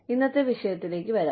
ഇന്നത്തെ വിഷയത്തിലേക്ക് വരാം